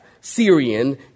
Syrian